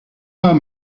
pas